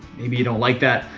maybe you don't like that,